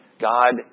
God